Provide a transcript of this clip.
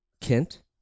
Kent